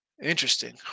Interesting